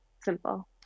simple